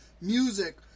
music